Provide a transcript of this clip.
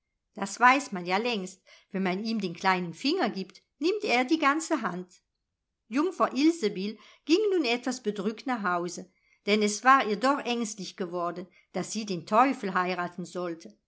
das weiß man ja längst wenn man ihm den kleinen finger gibt nimmt er die ganze hand jungfer ilsebill ging nun etwas bedrückt nach hause denn es war ihr doch ängstlich geworden daß sie den teufel heiraten sollte